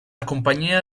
companyia